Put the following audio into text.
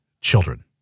children